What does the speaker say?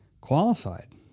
qualified